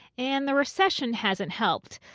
and the recession hasn't helped.